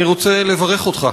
אני רוצה לברך אותך.